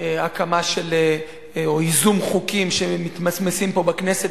הקמה או ייזום של חוקים שמתמסמסים פה בכנסת